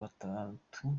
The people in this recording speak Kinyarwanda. batatu